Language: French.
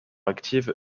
actives